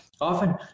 often